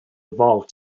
evolve